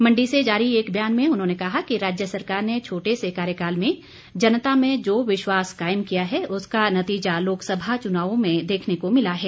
मण्डी से जारी एक बयान में उन्होंने कहा कि राज्य सरकार ने छोटे से कार्यकाल में जनता में जो विश्वास कायम किया है उसका नतीजा लोकसभा चुनावों में देखने को मिला है